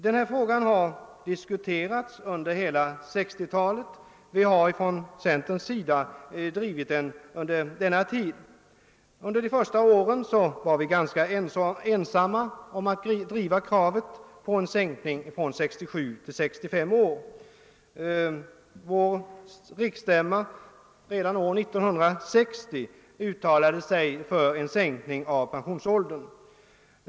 Denna sak har diskuterats under hela 1960-talet. Vi har från centerpartiets sida drivit den under denna tid. Under de första åren var vi ganska ensamma om att framställa kravet på en säkning av pensionsåldern från 67 till 65 år. Redan vår riksstämma år 1960 uttalade sig för en sänkning av pensionsåldern.